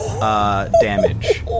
damage